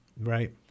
Right